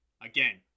Again